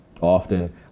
often